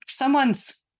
Someone's